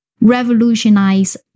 revolutionize